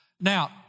Now